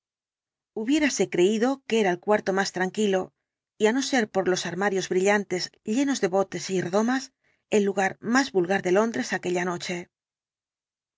dr jekyll creído que era el cuarto más tranquilo y á no ser por los armarios brillantes llenos de botes y redomas el lugar más vulgar de londres aquella noche